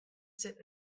sit